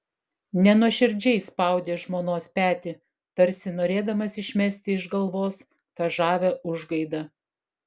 nenuoširdžiai spaudė žmonos petį tarsi norėdamas išmesti iš galvos tą žavią užgaidą